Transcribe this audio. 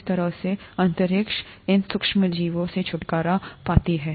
इस तरह से अंतरिक्ष इन सूक्ष्मजीवों से छुटकारा पा लिया है